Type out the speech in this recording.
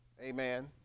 amen